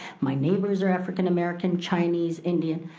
my neighbors are african-american, chinese, indian.